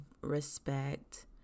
respect